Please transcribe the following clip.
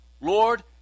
Lord